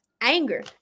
Anger